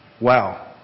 Wow